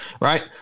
Right